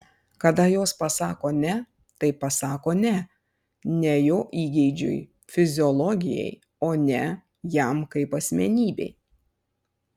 kada jos pasako ne tai pasako ne ne jo įgeidžiui fiziologijai o ne jam kaip asmenybei